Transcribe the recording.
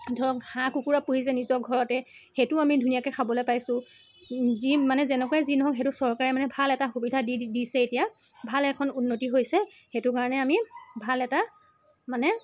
ধৰক হাঁহ কুকুৰা পুহিছে নিজৰ ঘৰতে সেইটো আমি ধুনীয়াকৈ খাবলৈ পাইছো যি মানে যেনেকুৱাই যি নহওক সেইটো চৰকাৰে মানে ভাল এটা সুবিধা দি দিছে এতিয়া ভাল এখন উন্নতি হৈছে সেইটো কাৰণে আমি ভাল এটা মানে